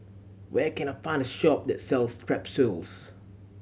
where can I find a shop that sells Strepsils